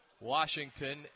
Washington